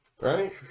right